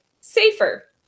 safer